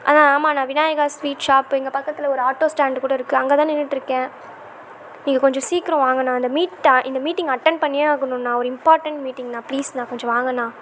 அண்ணா ஆமாண்ணா Vinayaka sweet shop இங்கே பக்கத்தில் ஒரு ஆட்டோ ஸ்டாண்டு கூட இருக்குது அங்கே தான் நின்றிட்ருக்கேன் நீங்கள் கொஞ்சம் சீக்கிரம் வாங்கண்ணா இந்த மீட் டா இந்த மீட்டிங் அட்டன் பண்ணியே ஆகணுண்ணா ஒரு இம்பார்ட்டன்ட் மீட்டிங்ணா ப்ளீஸ்ணா கொஞ்சம் வாங்கண்ணா